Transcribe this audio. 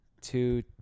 two